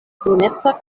bruneca